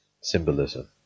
symbolism